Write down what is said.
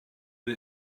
but